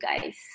guys